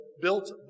built